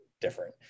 different